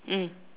mm